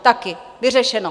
Také, vyřešeno.